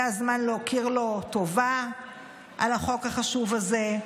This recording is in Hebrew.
זה הזמן להכיר לו טובה על החוק החשוב הזה.